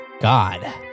God